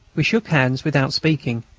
we shook hands without speaking,